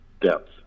depth